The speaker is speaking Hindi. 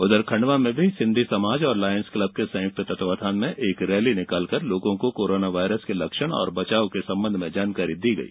उधर खंडवा में सिंधी समाज और लायंस क्लब के संयुक्त तत्वावधान में एक रैली निकालकर लोगों को कोरोना वायरस के लक्षण और बचाव संबंधी जानकारी दी गई